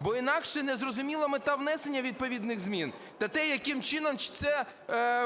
Бо інакше не зрозуміла мета внесення відповідних змін та те, яким чином це